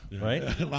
right